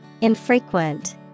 Infrequent